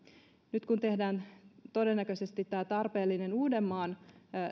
nyt kun tehdään todennäköisesti tämä tarpeellinen uudenmaan